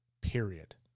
Period